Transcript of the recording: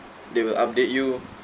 they will update you